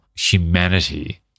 humanity